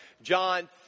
John